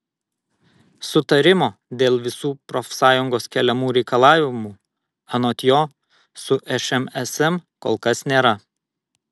sutarimo dėl visų profsąjungos keliamų reikalavimų anot jo su šmsm kol kas nėra